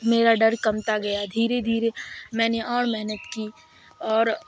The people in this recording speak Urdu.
میرا ڈر کمتا گیا دھیرے دھیرے میں نے اور محنت کی اور